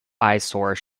eyesore